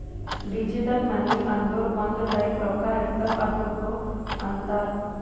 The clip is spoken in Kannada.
ಡಿಜಿಟಲ್ ಮನಿ ಅಂದುರ್ ಒಂದ್ ಟೈಪ್ ರೊಕ್ಕಾ ಇರ್ತಾವ್ ಅದ್ದುಕ್ ಅಂತಾರ್